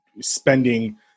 spending